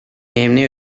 эмне